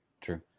True